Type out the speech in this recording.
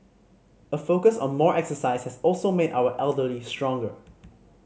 a focus on more exercise has also made our elderly stronger